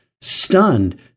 stunned